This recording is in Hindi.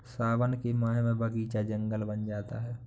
सावन के माह में बगीचा जंगल बन जाता है